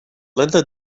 linda